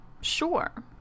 Sure